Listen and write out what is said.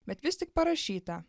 bet vis tik parašyta